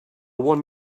one